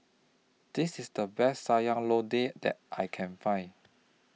This IS The Best Sayur Lodeh that I Can Find